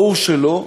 ברור שלא.